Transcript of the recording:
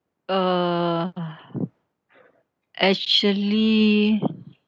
uh ah actually